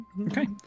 Okay